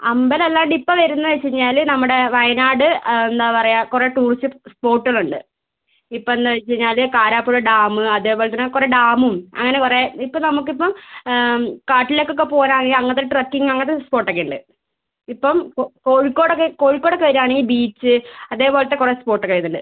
അമ്പലം അല്ലാണ്ട് ഇപ്പം വരുന്നതെന്നുവെച്ചുകഴിഞ്ഞാൽ നമ്മുടെ വയനാട് എന്താണ് പറയുക കുറേ ടൂറിസ്റ്റ് സ്പോട്ടുകൾ ഉണ്ട് ഇപ്പോൾ എന്താണെന്നുവെച്ചുകഴിഞ്ഞാൽ കാരാപ്പുഴ ഡാം അതേപോലെ തന്നെ കുറേ ഡാമും അങ്ങനെ കുറേ ഇപ്പം നമുക്ക് ഇപ്പം കാട്ടിലേക്ക് ഒക്കെ പോവാൻ ആണെങ്കിൽ അങ്ങനത്തെ ട്രക്കിംഗ് അങ്ങനത്തെ സ്പോട്ട് ഒക്കെ ഉണ്ട് ഇപ്പം കോഴിക്കോട് ഒക്കെ കോഴിക്കോട് ഒക്കെ വരുകയാണെങ്കിൽ ബീച്ച് അതേപോലത്തെ കുറേ സ്പോട്ട് ഒക്കെ വരുന്നുണ്ട്